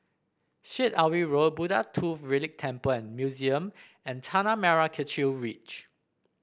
Syed Alwi Road Buddha Tooth Relic Temple and Museum and Tanah Merah Kechil Ridge